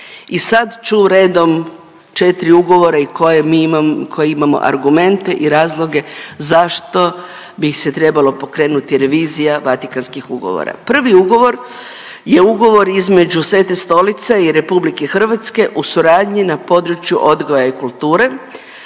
I sad ću redom 4 ugovora i koje mi imam, koje imamo argumente i razloge zašto bi se trebalo pokrenuti revizija Vatikanskih ugovora. Prvi ugovor je ugovor između Svete Stolice i RH u suradnji na području odgoja i kulture